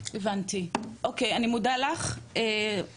הבנתי, אוקיי, אני מודה לך אורית.